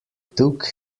took